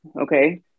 okay